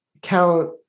Count